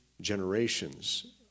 generations